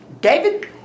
David